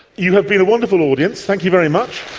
you have been a wonderful audience, thank you very much.